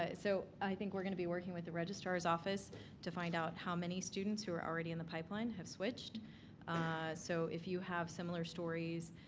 ah so i think we're going to be working with the registrar's office to find out how many students who are already in the pipeline have switched so if you have similar stories,